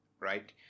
right